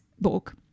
book